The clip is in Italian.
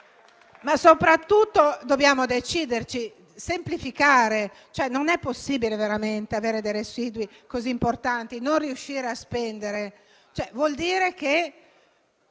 Ma soprattutto dobbiamo deciderci: semplificare. Non è possibile avere dei residui così importanti e non riuscire a spendere; vuol dire che